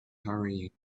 hurrying